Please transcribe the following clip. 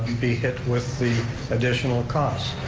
be hit with the additional cost.